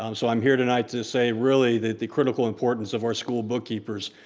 um so i'm here tonight to say really that the critical importance of our school bookkeepers